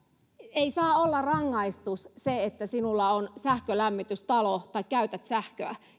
ei saa olla rangaistus se että sinulla on sähkölämmitystalo tai käytät sähköä